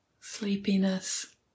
sleepiness